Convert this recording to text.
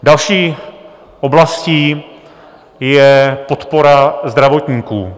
Další oblastí je podpora zdravotníků.